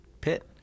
pit